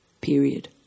period